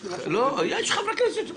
יש לי משהו --- יש חברי כנסת שמחכים,